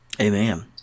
Amen